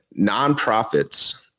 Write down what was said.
nonprofits